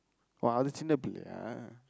oh அது சின்ன பிள்ளையா:athu sinna pillaiyaa